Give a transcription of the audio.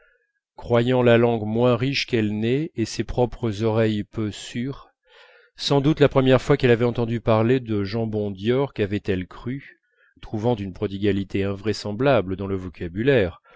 croyant la langue moins riche qu'elle n'est et ses propres oreilles peu sûres sans doute la première fois qu'elle avait entendu parler de jambon d'york avait-elle cru trouvant d'une prodigalité invraisemblable dans le vocabulaire